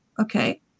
Okay